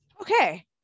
okay